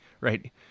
right